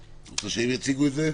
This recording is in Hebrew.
את רוצה שהם יציגו את זה?